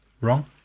wrong